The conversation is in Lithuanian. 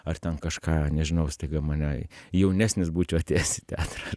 ar ten kažką nežinau staiga mane jaunesnis būčiau atėjęs į teatrą